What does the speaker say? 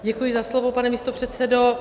Děkuji za slovo, pane místopředsedo.